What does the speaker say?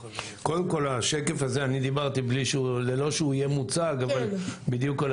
(שקף: צוות שוק שחור בתחום